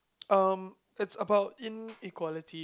um it's about inequality